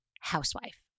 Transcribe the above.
housewife